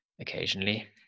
occasionally